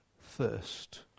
thirst